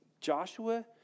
Joshua